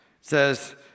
says